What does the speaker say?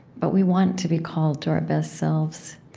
but we want to be called to our best selves.